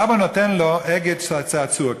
והאבא נותן לו הגה צעצוע כזה,